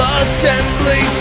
assembly